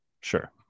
Sure